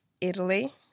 Italy